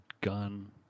gun